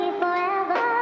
forever